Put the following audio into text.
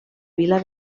vila